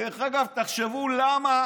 דרך אגב, תחשבו למה